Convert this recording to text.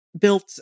built